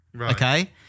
Okay